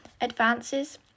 Advances